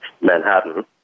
Manhattan